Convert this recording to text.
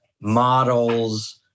models